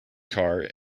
car